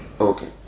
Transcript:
Okay